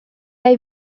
jäi